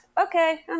Okay